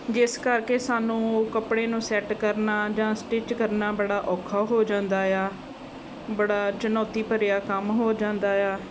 ਜਿਸ ਕਰਕੇ ਸਾਨੂੰ ਉਹ ਕੱਪੜੇ ਨੂੰ ਸੈੱਟ ਕਰਨਾ ਜਾਂ ਸਟਿਚ ਕਰਨਾ ਬੜਾ ਔਖਾ ਹੋ ਜਾਂਦਾ ਆ ਬੜਾ ਚੁੱਣੌਤੀ ਭਰਿਆ ਕੰਮ ਹੋ ਜਾਂਦਾ ਆ